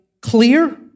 clear